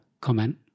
comment